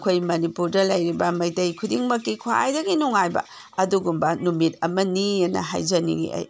ꯑꯩꯈꯣꯏ ꯃꯅꯤꯄꯨꯔꯗ ꯂꯩꯔꯤꯕ ꯃꯩꯇꯩ ꯈꯨꯗꯤꯡꯃꯛꯀꯤ ꯈ꯭ꯋꯥꯏꯗꯒꯤ ꯅꯨꯡꯉꯥꯏꯕ ꯑꯗꯨꯒꯨꯝꯕ ꯅꯨꯃꯤꯠ ꯑꯃꯅꯤꯅ ꯍꯥꯏꯖꯅꯤꯡꯏ ꯑꯩ